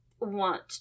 want